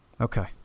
Okay